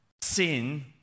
sin